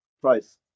Price